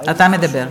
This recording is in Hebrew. אתה מדבר.